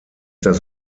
das